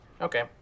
Okay